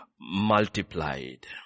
multiplied